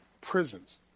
prisons